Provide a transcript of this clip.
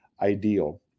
ideal